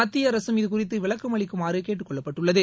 மத்திய அரசும் இது குறித்து விளக்கம் அளிக்குமாறு கேட்டுக்கொள்ளப்பட்டது